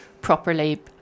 properly